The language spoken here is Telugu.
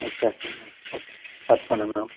ఇచ్చేస్తాను మేడం తప్పకుండా మేడం